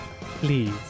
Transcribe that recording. Please